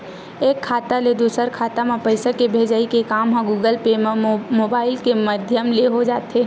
एक खाता ले दूसर खाता म पइसा के भेजई के काम ह गुगल पे म मुबाइल के माधियम ले हो जाथे